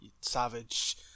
savage